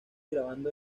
grabando